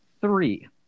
Three